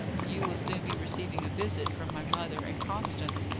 you will soon be receiving a visit from my mother and constance,